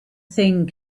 thing